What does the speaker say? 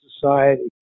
society